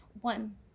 one